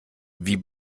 wie